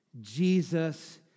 Jesus